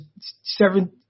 seven